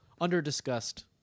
under-discussed